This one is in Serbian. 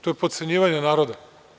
To je potcenjivanje naroda.